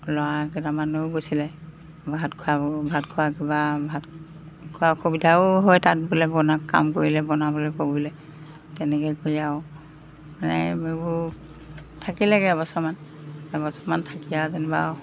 ল'ৰাকেইটামানো গৈছিলে ভাত খোৱাব ভাত খোৱা কিবা ভাত খোৱা অসুবিধাও হয় তাত বোলে বনা কাম কৰিলে বনাবলৈ ক'বলৈ তেনেকৈ কৰি আৰু মানে এইবোৰ থাকিলেগৈ এবছৰমান এবছৰমান থাকি আৰু যেনিবা